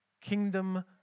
kingdom